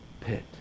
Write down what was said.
pit